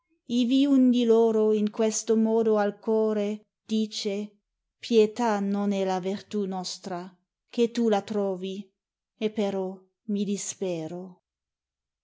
ivi un di loro in questo modo al core dice pietà non è la vertù nostra che tu la truovi e però mi dispero